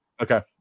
Okay